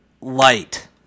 Light